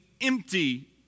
empty